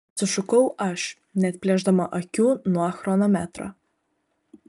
sušukau aš neatplėšdama akių nuo chronometro